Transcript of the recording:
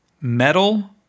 metal